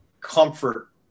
comfort